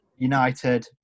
United